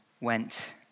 went